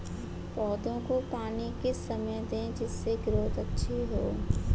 पौधे को पानी किस समय दें जिससे ग्रोथ अच्छी हो?